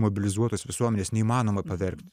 mobilizuotas visuomenės neįmanoma pavergt